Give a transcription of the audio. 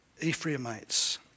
Ephraimites